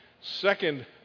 Second